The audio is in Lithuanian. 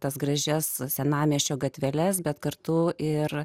tas gražias senamiesčio gatveles bet kartu ir